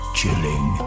chilling